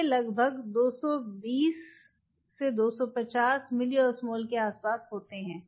ये लगभग 220 250 मिलिओस्मोल के आस पास होते हैं